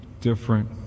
different